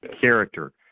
character